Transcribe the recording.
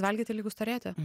valgyti lygu storėti